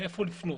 לאן לפנות.